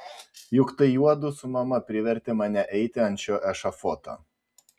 juk tai juodu su mama privertė mane eiti ant šio ešafoto